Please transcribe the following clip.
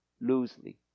loosely